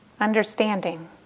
understanding